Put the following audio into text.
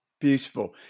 Beautiful